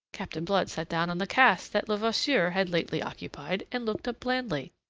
captain blood sat down on the cask that levasseur had lately occupied, and looked up blandly.